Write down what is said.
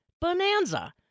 Bonanza